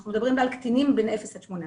אנחנו מדברים על קטינים בין אפס ל-18.